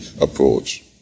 approach